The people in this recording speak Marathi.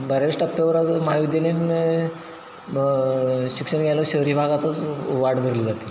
बऱ्याच टप्प्यावर आता महाविद्यालयीन शिक्षण घ्यायला शहरी भागाचीच वाट धरली जाते